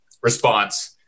response